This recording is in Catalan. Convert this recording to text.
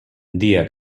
dia